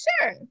sure